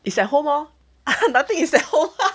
it's at home lor ha nothing is at home